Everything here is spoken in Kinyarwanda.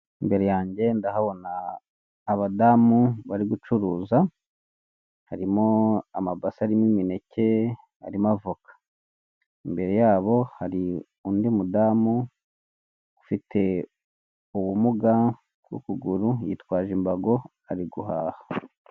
Imbere yanjye ndahabona abadamu bari gucuruza harimo amabasi arimo imineke, harimo avoka. Imbere yabo hari undi mudamu ufite ubumuga ku kuguru yitwaje imbago ari guhaha.